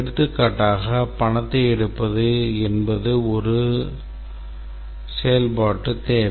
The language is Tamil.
எடுத்துக்காட்டாக பணத்தை எடுப்பது இது ஒரு செயல்பாட்டுத் தேவை